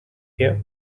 here